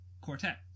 Quartet